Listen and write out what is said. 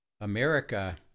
America